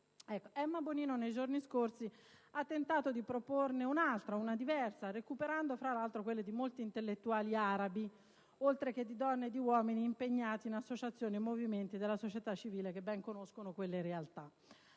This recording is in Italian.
Emma Bonino nei giorni scorsi ha tentato di proporne un'altra, diversa, recuperando tra l'altro quella di molti intellettuali arabi, oltre che di donne e di uomini impegnati in associazioni e movimenti della società civile, che ben conoscono quelle realtà.